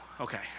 Okay